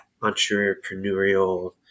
entrepreneurial